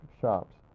shops